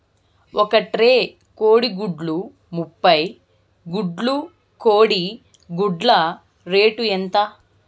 ఒక ట్రే కోడిగుడ్లు ముప్పై గుడ్లు కోడి గుడ్ల రేటు ఎంత?